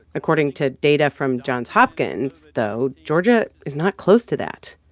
according to data from johns hopkins, though, georgia is not close to that.